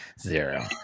zero